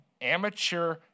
amateur